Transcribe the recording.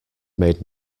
made